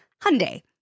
Hyundai